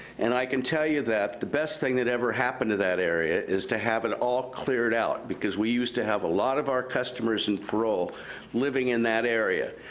and i can tell you that the best thing that ever happened to that area was to have it all cleared out. because we used to have a lot of our customers in parole living in that area,